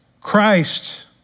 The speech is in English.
Christ